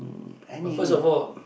any